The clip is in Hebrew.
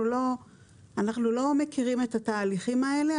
אנחנו לא מכירים את התהליכים האלה,